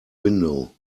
window